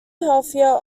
healthier